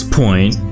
point